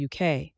UK